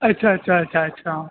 اچھا اچھا اچھا اچھا